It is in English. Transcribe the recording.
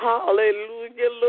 Hallelujah